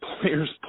players